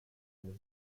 eines